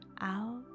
out